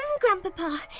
Grandpapa